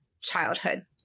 childhood